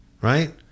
Right